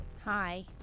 Hi